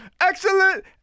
Excellent